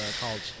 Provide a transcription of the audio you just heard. college